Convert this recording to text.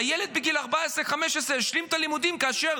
הילד בגיל 14, 15, ישלים את הלימודים, כאשר